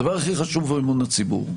הדבר הכי חשוב הוא אמון הציבור.